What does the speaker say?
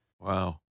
Wow